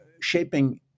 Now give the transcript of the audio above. shaping